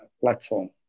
platform